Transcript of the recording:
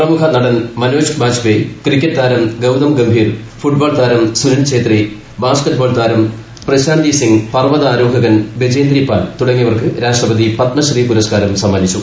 പ്രമുഖ നടൻ മനോജ് ബാജ്പേയ് ക്രിക്കറ്റ് താരം ഗൌതം ഗംഭീർ ഫുട്ബോൾ താരം സുനിൽ ഛേത്രി ബാസ്കറ്റ് ബോൾ താരം പ്രശാന്തി സിംഗ് പർവ്വത്യാർോഹകൻ ബജേന്ദ്രി പാൽ തുടങ്ങിയവർക്ക് രാഷ്ട്രപതി പ്പദ്മശ്രീ പുരസ്കാരം സമ്മാനിച്ചു